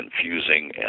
confusing